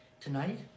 Tonight